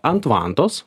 ant vantos